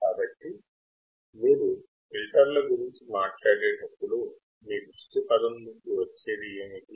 కాబట్టి మీరు ఫిల్టర్ల గురించి మాట్లాడేటప్పుడు మీ దృష్టి పధం లోకి వచ్చేది ఏమిటి